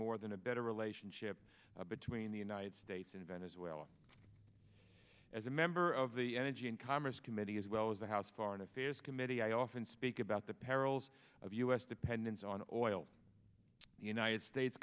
more than a better relationship between the united states and venezuela as a member of the energy and commerce committee as well as the house foreign affairs committee i often speak about the perils of u s dependence on oil the united states